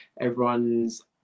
everyone's